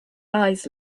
eyes